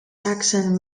accent